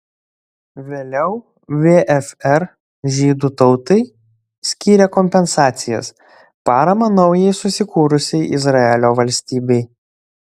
vėliau vfr žydų tautai skyrė kompensacijas paramą naujai susikūrusiai izraelio valstybei